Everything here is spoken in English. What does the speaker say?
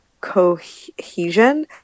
cohesion